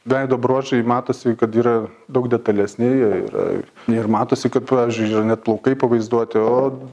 veido bruožai matosi kad yra daug detalesni jie ir ir matosi kad pavyzdžiui net plaukai pavaizduoti o